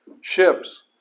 ships